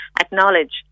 acknowledge